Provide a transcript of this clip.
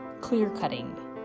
clear-cutting